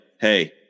hey